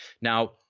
Now